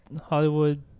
Hollywood